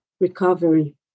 recovery